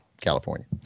California